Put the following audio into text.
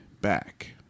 back